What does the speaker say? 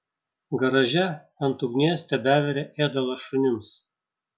garaže ant ugnies tebevirė ėdalas šunims